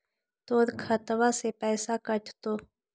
तोर खतबा से पैसा कटतो?